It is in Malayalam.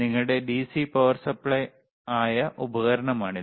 നിങ്ങളുടെ ഡിസി പവർ സപ്ലൈ ആയ ഉപകരണമാണിത്